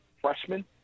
freshman